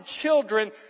children